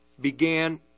began